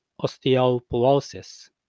osteoporosis